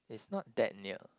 is not that near